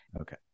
Okay